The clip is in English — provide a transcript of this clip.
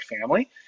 family